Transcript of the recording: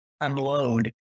unload